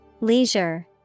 Leisure